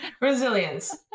Resilience